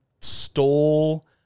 stole –